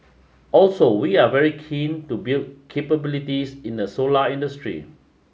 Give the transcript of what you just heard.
also we are very keen to build capabilities in the solar industry